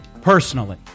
personally